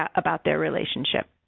ah about their relationship.